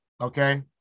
Okay